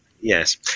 yes